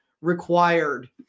required